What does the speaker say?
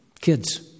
Kids